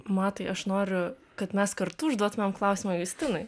matai aš noriu kad mes kartu užduotumėm klausimą justinui